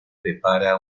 prepara